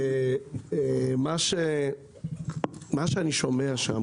מה שאני שומע שם,